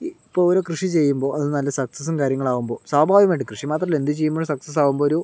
ഇപ്പോൾ ഒരു കൃഷി ചെയ്യുമ്പോൾ അത് നല്ല സക്സസും കാര്യങ്ങളും ആകുമ്പോൾ സ്വാഭാവികമായിട്ടും കൃഷി മാത്രമല്ല എന്ത് ചെയ്യുമ്പഴും സക്സസാകുമ്പോൾ ഒരു